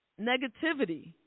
negativity